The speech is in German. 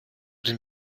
den